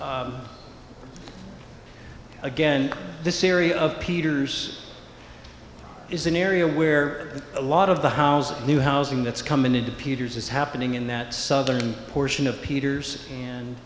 and again this area of peters is an area where a lot of the housing and new housing that's coming into peters is happening in that southern portion of peter's and